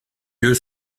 lieu